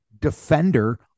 defender